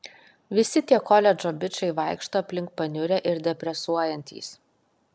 visi tie koledžo bičai vaikšto aplink paniurę ir depresuojantys